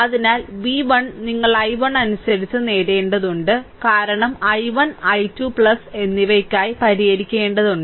അതിനാൽ v1 നിങ്ങൾ i1 അനുസരിച്ച് നേടേണ്ടതുണ്ട് കാരണം i1 i2 എന്നിവയ്ക്കായി പരിഹരിക്കേണ്ടതുണ്ട്